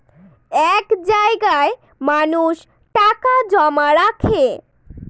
এক জায়গায় মানুষ টাকা জমা রাখে